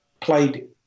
played